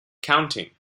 counting